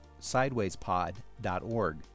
sidewayspod.org